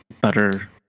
better